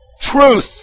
Truth